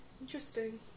Interesting